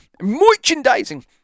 Merchandising